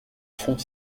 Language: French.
font